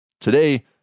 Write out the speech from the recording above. Today